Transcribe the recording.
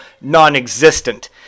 non-existent